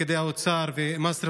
פקידי האוצר ומס רכוש,